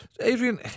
Adrian